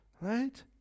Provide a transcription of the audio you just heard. Right